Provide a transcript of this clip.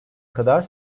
kadar